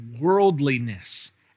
worldliness